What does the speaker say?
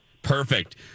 Perfect